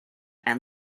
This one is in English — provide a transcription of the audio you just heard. and